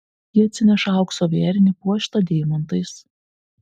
ji atsineša aukso vėrinį puoštą deimantais